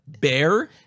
Bear